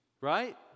Right